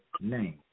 name